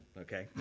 okay